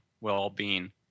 well-being